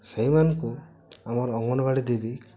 ସେହିମାନଙ୍କୁ ଆମର ଅଙ୍ଗନବାଡ଼ି ଦିଦି